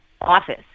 office